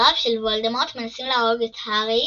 עוזריו של וולדמורט מנסים להרוג את הארי